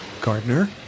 Gardner